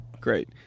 Great